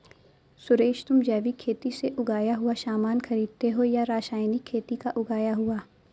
सुरेश, तुम जैविक खेती से उगाया हुआ सामान खरीदते हो या रासायनिक खेती का उगाया हुआ?